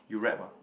you rap ah